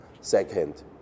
Second